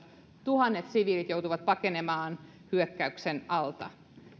tuhannet siviilit joutuvat pakenemaan hyökkäyksen alta